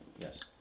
Yes